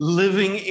living